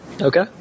Okay